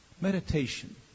Meditation